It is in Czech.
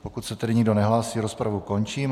Pokud se tedy nikdo nehlásí, rozpravu končím.